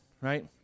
right